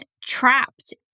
trapped